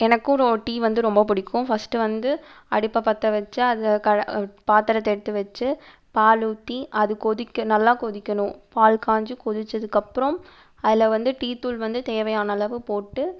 எனக்கும் டீ வந்து ரொம்ப பிடிக்கும் ஃபஸ்ட்டு வந்து அடுப்பை பற்ற வச்சால் அது கல பாத்தரத்தை எடுத்து வச்சு பாலூற்றி அது கொதிக்க நல்லா கொதிக்கணும் பால் காஞ்சு கொதிச்சதுக்கப்றம் அதில் வந்து டீ தூள் வந்து தேவையான அளவு போட்டு